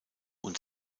und